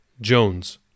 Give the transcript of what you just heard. Jones